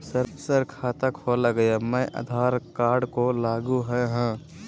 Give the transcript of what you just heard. Sir खाता खोला गया मैं आधार कार्ड को लागू है हां?